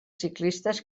ciclistes